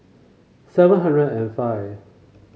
seven hundred and five